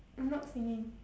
I'm not singing